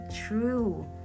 true